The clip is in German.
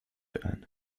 ein